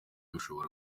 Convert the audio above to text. ushobora